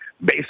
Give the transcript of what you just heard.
based